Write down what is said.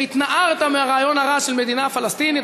התנערת מהרעיון הרע של מדינה פלסטינית,